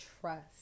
trust